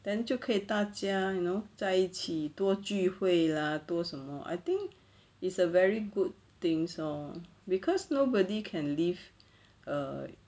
then 就可以大家 you know 在一起多聚会 lah 多什么 I think it's a very good things lor cause nobody can live err